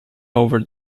over